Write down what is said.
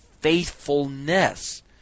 faithfulness